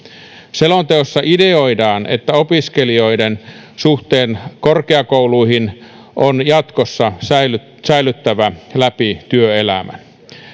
selonteossa ideoidaan että opiskelijoiden suhteen korkeakouluihin on jatkossa säilyttävä säilyttävä läpi työelämän